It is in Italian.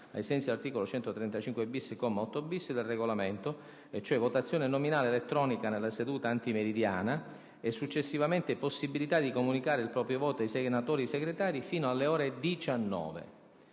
ai sensi dell’articolo 135-bis, comma 8-bis, del Regolamento (votazione nominale elettronica nella seduta antimeridiana e successivamente possibilita di comunicare il proprio voto ai senatori Segretari fino alle ore 19).